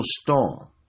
Storm